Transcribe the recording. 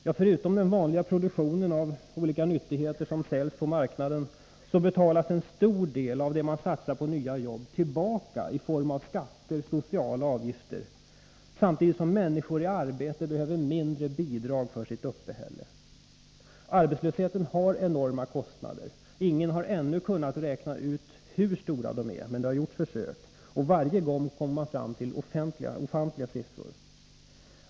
Ja, förutom den vanliga produktionen av olika nyttigheter som säljs på marknaden betalas en stor del av det man satsar på nya jobb tillbaka i form av skatter och sociala avgifter, samtidigt som människor i arbete behöver mindre bidrag för sitt uppehälle. Arbetslösheten har enorma kostnader. Ingen har ännu kunnat räkna ut hur stora de är. Men det har gjorts försök, och varje gång kommer man fram till ofantligt höga siffror.